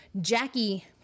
Jackie